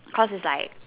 cause it's like